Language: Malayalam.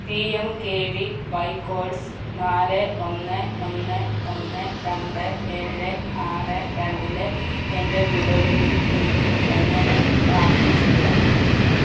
P M K V Y course നാല് ഒന്ന് ഒന്ന് ഒന്ന് രണ്ട് ഏഴ് ആറ് രണ്ടിലെ എൻ്റെ പുരോഗതി എനിക്ക് എങ്ങനെ ട്രാക്ക് ചെയ്യാം